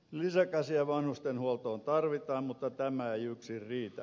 lisäkäsiä vanhustenhuoltoon tarvitaan mutta tämä ei yksin riitä